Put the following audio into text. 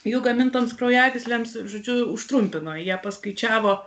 jų gamintoms kraujagyslėms žodžiu užtrumpino jie paskaičiavo